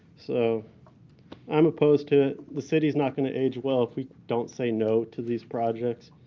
so i'm opposed to the city's not going to age well if we don't say no to these projects.